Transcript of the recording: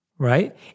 Right